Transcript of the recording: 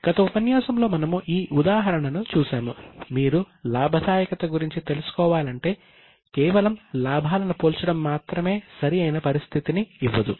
గత ఉపన్యాసంలో మనము ఈ ఉదాహరణను చూశాము మీరు లాభదాయకత గురించి తెలుసుకోవాలంటే కేవలం లాభాలను పోల్చడం మాత్రమే సరి అయిన పరిస్థితిని ఇవ్వదు